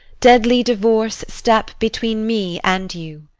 deadly divorce step between me and you!